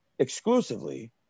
exclusively